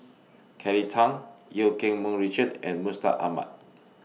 Kelly Tang EU Keng Mun Richard and Mustaq Ahmad